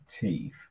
Teeth